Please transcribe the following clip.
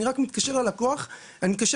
כשאני מתקשר לנציג,